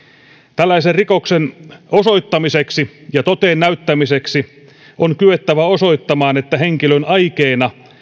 tällaisen rikoksen osoittamiseksi ja toteen näyttämiseksi on kyettävä osoittamaan että henkilön aikeena